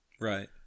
Right